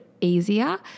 easier